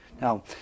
Now